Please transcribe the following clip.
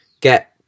get